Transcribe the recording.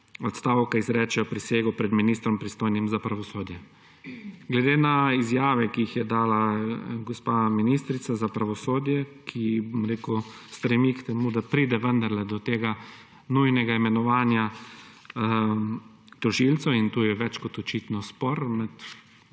odstavka izrečejo prisego pred ministrom, pristojnim za pravosodje. Glede na izjave, ki jih je dala gospa ministrica za pravosodje, ki stremi k temu, da pride vendarle do tega nujnega imenovanja tožilcev – in tu je več kot očitno spor